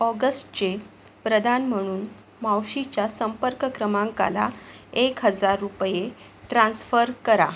ऑगस्टचे प्रदान म्हणून मावशीच्या संपर्क क्रमांकाला एक हजार रुपये ट्रान्स्फर करा